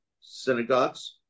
synagogues